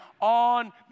on